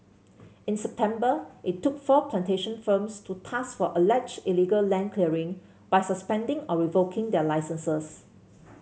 in September it took four plantation firms to task for alleged illegal land clearing by suspending or revoking their licences